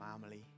family